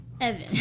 Evan